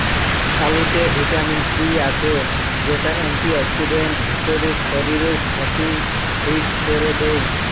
আলুতে vitamin C আছে, যেটা অ্যান্টিঅক্সিডেন্ট হিসাবে শরীরের ক্ষতি ঠিক কোরে দেয়